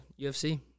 UFC